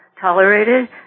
tolerated